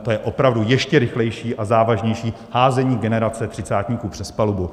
To je opravdu ještě rychlejší a závažnější házení generace třicátníků přes palubu.